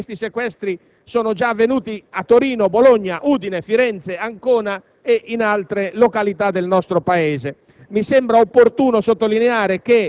Teniamo conto che secondo le notizie questi sequestri sono già avvenuti a Torino, Bologna, Udine, Firenze, Ancona e in altre località del nostro Paese.